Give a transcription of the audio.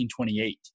1928